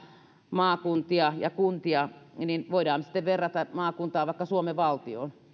maakuntia ja kuntia niin niin voidaan sitten verrata maakuntaa vaikka suomen valtioon